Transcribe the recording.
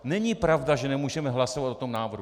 Není pravda, že nemůžeme hlasovat o tom návrhu.